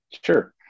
Sure